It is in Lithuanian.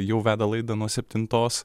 jau veda laidą nuo septintos